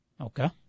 Okay